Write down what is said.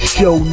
Show